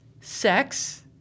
sex